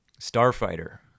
Starfighter